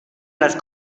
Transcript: las